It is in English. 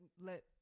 let